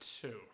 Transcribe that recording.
two